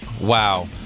Wow